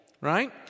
right